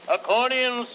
Accordion